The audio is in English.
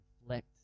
reflect